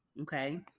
Okay